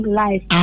life